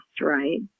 right